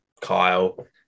Kyle